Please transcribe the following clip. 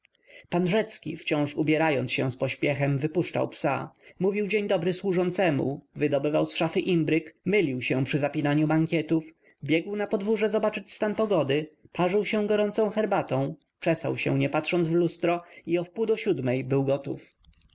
pan rzecki wciąż ubierając się z pośpiechem wypuszczał psa mówił dzień dobry służącemu wydobywał z szafy imbryk mylił się przy zapinaniu mankietów biegł na podwórze zobaczyć stan pogody parzył się gorącą herbatą czesał się nie patrząc w lustro i o wpół do siódmej był gotów